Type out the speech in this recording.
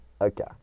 okay